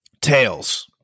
Tails